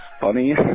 funny